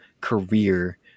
career